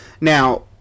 Now